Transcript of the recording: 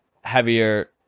heavier